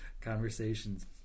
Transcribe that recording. conversations